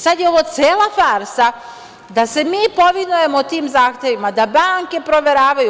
Sad je ovo cela farsa, da se mi povinujemo tim zahtevima, da banke proveravaju.